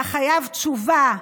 אתה חייב תשובה לשרים,